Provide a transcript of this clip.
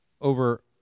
over